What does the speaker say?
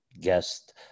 guest